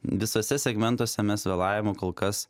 visose segmentuose mes vėlavimo kol kas